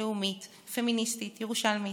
לאומית, פמיניסטית, ירושלמית.